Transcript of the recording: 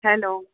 hello